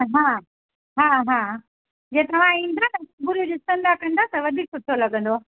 हा हा हा जे तव्हां ईंदव ॾिसंदा कंदा त वधीक सुठो लॻंदो